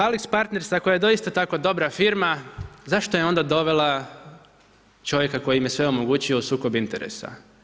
AlixPartners ako je doista tako dobra firma, zašto je onda dovela čovjeka koji im je sve omogućio u sukob interesa?